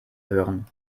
hören